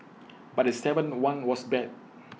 but the Seven one was bad